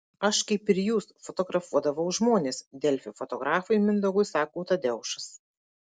aš kaip ir jūs fotografuodavau žmones delfi fotografui mindaugui sako tadeušas